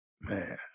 man